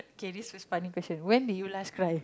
K this was funny question when did you last cry